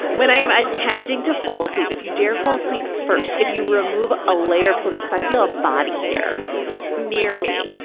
when i am attempting to fall asleep if you dare fall asleep first, if you remove a layer of clothing, if i feel a body hair near me,